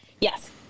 Yes